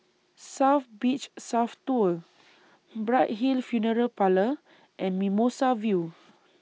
South Beach South Tower Bright Hill Funeral Parlour and Mimosa View